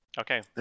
Okay